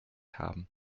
haben